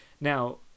now